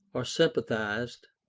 or sympathized,